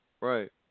Right